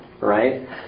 right